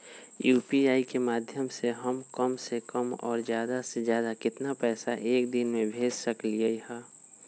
UPI के माध्यम से हम कम से कम और ज्यादा से ज्यादा केतना पैसा एक दिन में भेज सकलियै ह?